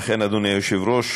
אכן, אדוני היושב-ראש.